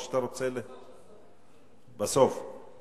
בסוף, בסוף.